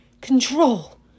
control